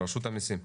רשות המסים.